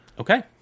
okay